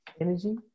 energy